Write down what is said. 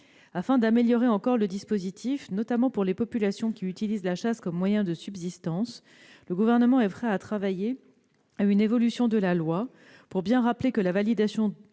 Afin d'améliorer encore le dispositif, notamment pour les populations qui utilisent la chasse comme moyen de subsistance, le Gouvernement est prêt à travailler à une évolution de la loi pour bien rappeler que la validation